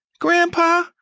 Grandpa